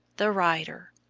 the rider.